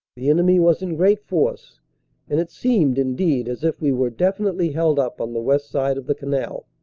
the enemy was in great force and it seemed, indeed, as if we were defini tely held upon the west side of the canal.